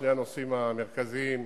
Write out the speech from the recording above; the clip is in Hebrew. שני הנושאים המרכזיים,